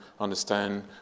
understand